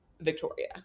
Victoria